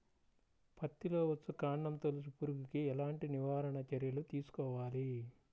పత్తిలో వచ్చుకాండం తొలుచు పురుగుకి ఎలాంటి నివారణ చర్యలు తీసుకోవాలి?